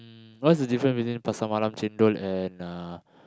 mm what's the difference between Pasar Malam chendol and uh